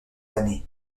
années